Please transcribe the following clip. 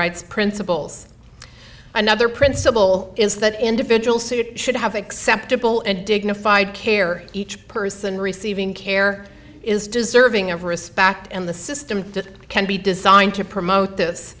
rights principles another principle is that individuals should have acceptable and dignified care each person receiving care is deserving of respect and the system can be designed to promote this